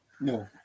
no